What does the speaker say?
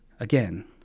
Again